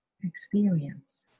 experience